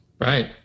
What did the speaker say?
Right